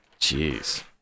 Jeez